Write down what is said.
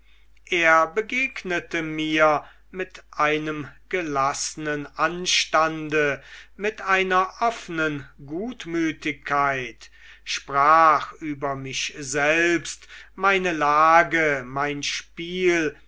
er begegnete mir mit einem gelaßnen anstande mit einer offnen gutmütigkeit sprach über mich selbst meine lage mein spiel